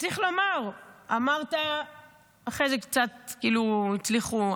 צריך לומר: אמרת אחרי זה קצת כאילו הצליחו,